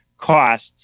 costs